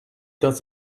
does